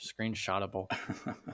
screenshotable